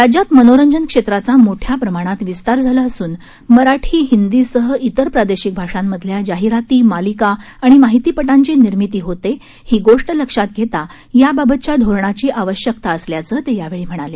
राज्यात मनोरंजन क्षेत्राचा मोठ्या प्रमाणात विस्तार झाला असून मराठी हिंदीसह इतर प्रादेशिक भाषांमधल्या जाहिराती मालिका आणि माहितीपटांची निर्मिती होते ही गोष्ट लक्षात घेता याबाबतच्या धोरणाची आवश्यकता असल्याचं ते यावेळी म्हणाले